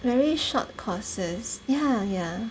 very short courses yeah yeah